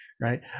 right